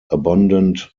abundant